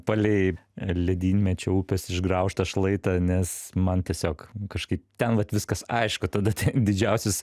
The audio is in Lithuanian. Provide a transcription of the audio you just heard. palei ledynmečio upės išgraužtą šlaitą nes man tiesiog kažkaip ten vat viskas aišku tada didžiausius